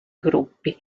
gruppi